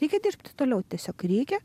reikia dirbti toliau tiesiog reikia